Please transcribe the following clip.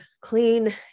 clean